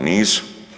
Nisu.